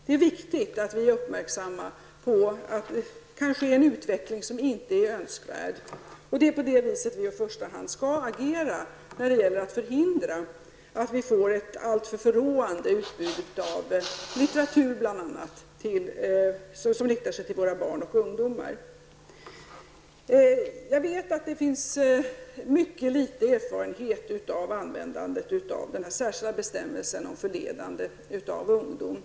Det är viktigt att vi är uppmärksamma på att det kan ske en utveckling som inte är önskvärd. Det är på det viset som vi i första hand skall agera när det gäller att förhindra ett alltför förråande utbud av bl.a. litteratur som riktar sig till våra barn och ungdomar. Jag vet att det finns mycket liten erfarenhet i praxis av den särskilda bestämmelsen av förledande av ungdom.